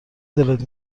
دلت